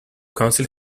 council